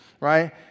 right